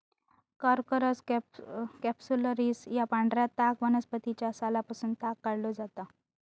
Corchorus capsularis या पांढऱ्या ताग वनस्पतीच्या सालापासून ताग काढलो जाता